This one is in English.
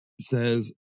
says